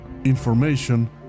Information